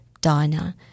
Diner